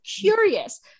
curious